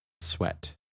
sweat